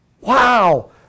Wow